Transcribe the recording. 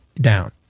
down